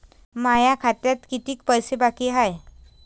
माया खात्यात कितीक पैसे बाकी हाय?